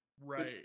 Right